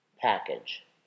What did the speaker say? package